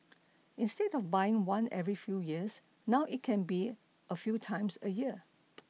instead of buying one every few years now it can be a few times in a year